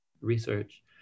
research